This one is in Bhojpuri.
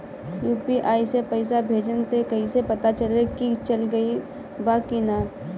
यू.पी.आई से पइसा भेजम त कइसे पता चलि की चल गेल बा की न?